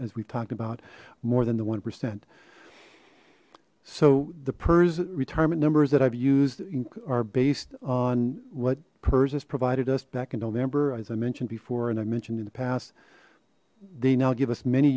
we've talked about more than the one percent so the pirs retirement numbers that i've used are based on what pers has provided us back in november as i mentioned before and i mentioned in the past they now give us many